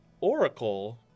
Oracle